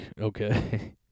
okay